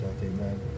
Amen